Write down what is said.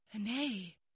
Nay